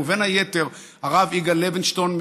ובין היתר הרב יגאל לוינשטיין,